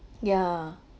yeah